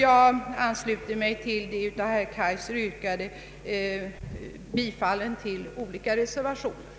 Jag ansluter mig till herr Kaijsers yrkanden om bifall till de nämnda reservationerna.